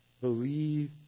believe